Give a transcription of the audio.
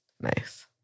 nice